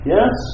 Yes